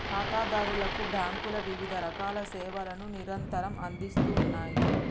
ఖాతాదారులకు బ్యాంకులు వివిధరకాల సేవలను నిరంతరం అందిస్తూ ఉన్నాయి